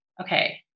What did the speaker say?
Okay